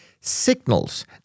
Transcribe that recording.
signals